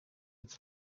its